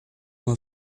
uma